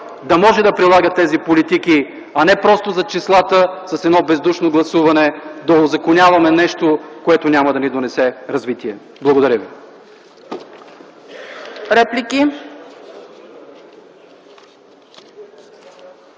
да може да прилага тези политики, а не просто за числата с едно бездушно гласуване да узаконяваме нещо, което няма да ни донесе развитие. Благодаря ви.